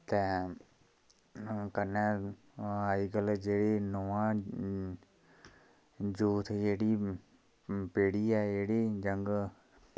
ते कन्नै अज्ज कल जेह्ड़ी नमां यूथ जेह्ड़ी पीढ़ी ऐ जेह्ड़ी यंग